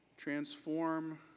Transform